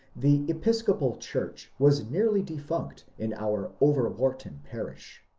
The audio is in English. the episcopal church was nearly defunct in our overwharton parish.